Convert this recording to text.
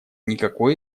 никакой